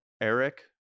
Eric